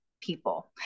people